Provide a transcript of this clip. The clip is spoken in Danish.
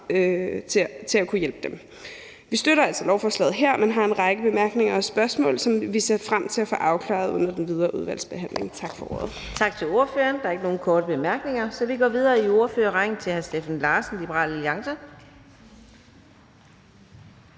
til at kunne hjælpe dem. Vi støtter altså lovforslaget her, men har en række bemærkninger og spørgsmål, som vi ser frem til at få afklaret under den videre udvalgsbehandling. Tak for ordet.